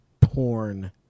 porn